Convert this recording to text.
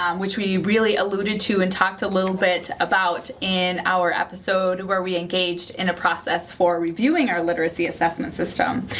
um which we really alluded to and talked a little bit about in our episode where we engaged in a process for reviewing our literacy assessment system.